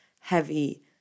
heavy